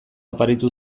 oparitu